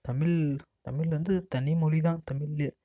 தமிழ் தமிழ் வந்து தனி மொழி தான் தமிழ்லே